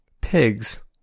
pigs